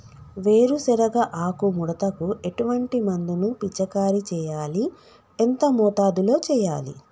వేరుశెనగ ఆకు ముడతకు ఎటువంటి మందును పిచికారీ చెయ్యాలి? ఎంత మోతాదులో చెయ్యాలి?